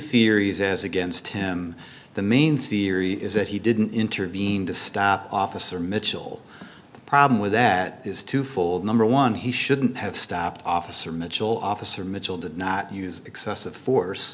theories as against him the main theory is that he didn't intervene to stop officer mitchell the problem with that is twofold number one he shouldn't have stopped officer mitchell officer mitchell did not use excessive force